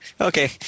Okay